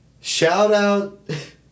Shout-out